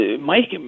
Mike